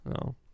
No